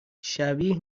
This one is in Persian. شبیه